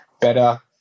better